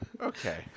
okay